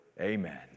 Amen